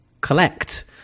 collect